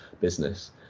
business